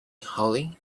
hollie